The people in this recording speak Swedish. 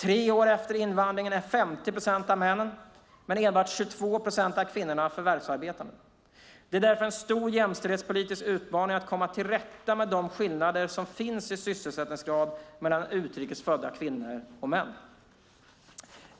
Tre år efter invandringen är 50 procent av männen men enbart 22 procent av kvinnorna förvärvsarbetande. Det är därför en stor jämställdhetspolitisk utmaning att komma till rätta med de skillnader som finns i sysselsättningsgrad mellan utrikes födda kvinnor och män.